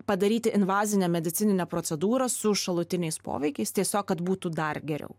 padaryti invazinę medicininę procedūrą su šalutiniais poveikiais tiesiog kad būtų dar geriau